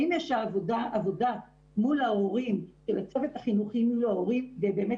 האם יש עבודה מול ההורים של הצוות החינוכי כדי באמת